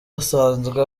asanzwe